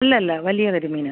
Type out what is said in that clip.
അല്ല അല്ല വലിയ കരിമീനാണ്